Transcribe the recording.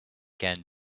can